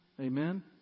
Amen